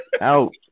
Out